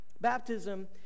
Baptism